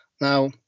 Now